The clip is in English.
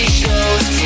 shows